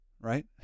right